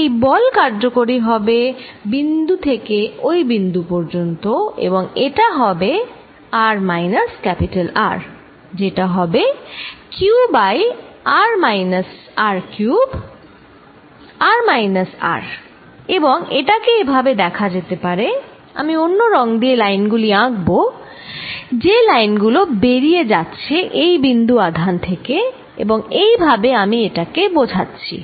এই বল কার্যকরী হবে এই বিন্দু থেকে ওই বিন্দু পর্যন্ত এবং এটা হবে r মাইনাস R যেটা হবে q by r minus R cube r minus R এবং এটাকে এভাবে দেখা যেতে পারে আমি অন্য রং দিয়ে লাইনগুলি আঁকবো যে লাইন গুলো বেরিয়ে যাচ্ছে এই বিন্দু আধান থেকে এবং এই ভাবে আমি এটাকে বোঝাচ্ছি